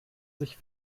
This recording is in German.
sich